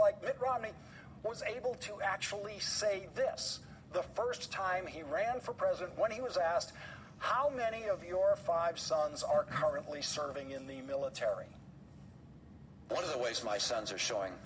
like mitt romney was able to actually say this the first time he ran for president when he was asked how many of your five sons are currently serving in the military one of the ways my sons are showing